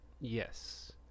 Yes